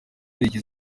rigira